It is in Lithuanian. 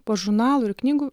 po žurnalų ir knygų